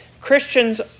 Christians